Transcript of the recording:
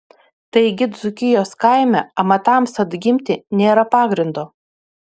taigi dzūkijos kaime amatams atgimti nėra pagrindo